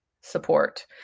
support